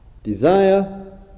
Desire